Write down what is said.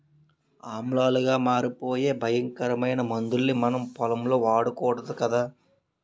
ఆమ్లాలుగా మారిపోయే భయంకరమైన మందుల్ని మనం పొలంలో వాడకూడదు కదా